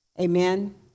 Amen